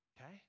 okay